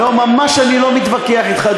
לא, ממש אני לא מתווכח אתך,